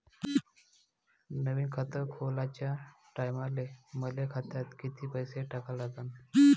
नवीन खात खोलाच्या टायमाले मले खात्यात कितीक पैसे टाका लागन?